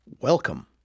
welcome